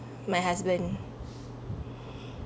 my husband